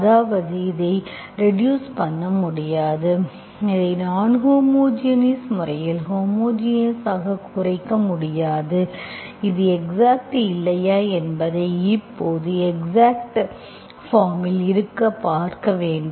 அதாவது இதை ரெட்டுயூஸ் பண்ண முடியாது இதை நான்ஹோமோஜினியஸ் முறையில் ஹோமோஜினியஸ் ஆக குறைக்க முடியாது இது எக்ஸாக்ட் இல்லையா என்பதை இப்போது எக்ஸாக்ட் பார்ம் இல் பார்க்க வேண்டும்